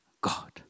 God